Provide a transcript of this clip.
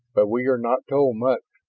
but we are not told much.